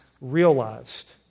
realized